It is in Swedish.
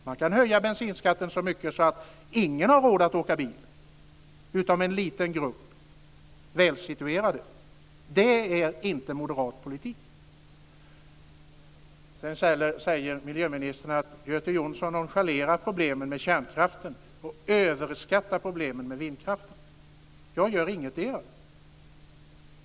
Man kan höja bensinskatten så mycket att ingen har råd att åka bil utom en liten grupp välsituerade. Det är inte moderat politik. Sedan säger miljöministern att Göte Jonsson nonchalerar problemen med kärnkraften och överskattar problemen med vindkraften. Jag gör ingetdera.